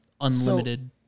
unlimited